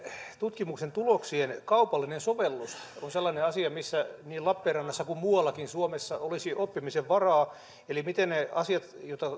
tutkimusten tuloksien kaupallinen sovellus on sellainen asia missä niin lappeenrannassa kuin muuallakin suomessa olisi oppimisen varaa eli se miten ne hienot asiat joita